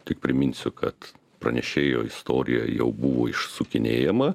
tik priminsiu kad pranešėjo istorija jau buvo išsukinėjama